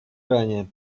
ранее